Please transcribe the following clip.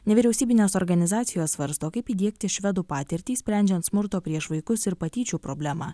nevyriausybinės organizacijos svarsto kaip įdiegti švedų patirtį sprendžiant smurto prieš vaikus ir patyčių problemą